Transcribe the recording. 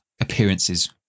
appearances